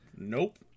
Nope